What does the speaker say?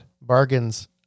Bargains